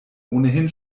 ohnehin